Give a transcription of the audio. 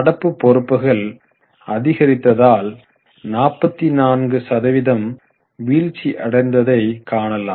நடப்பு பொறுப்புகள் அதிகரித்ததால் 44 சதவீதம் வீழ்ச்சி அடைந்ததை காணலாம்